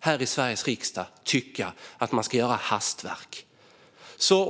här i Sveriges riksdag tycka att man ska göra hastverk.